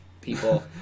people